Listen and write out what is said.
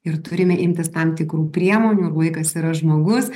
ir turime imtis tam tikrų priemonių vaikas yra žmogus